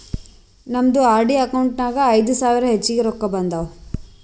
ನಮ್ದು RD account ನಾಗ್ ಐಯ್ದ ಸಾವಿರ ಹೆಚ್ಚಿಗೆ ರೊಕ್ಕಾ ಬಂದಾವ್